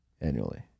Annually